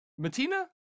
Matina